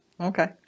okay